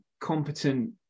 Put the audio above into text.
competent